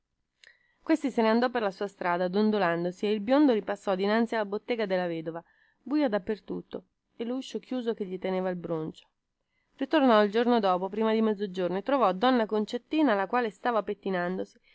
questi se ne andò per la sua strada dondolandosi e il biondo ripassò dinanzi alla bottega della vedova buio da per tutto e luscio chiuso che gli teneva il broncio ritornò il giorno dopo prima di mezzogiorno e trovò donna concettina la quale stava pettinandosi